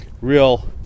real